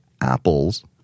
apples